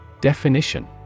Definition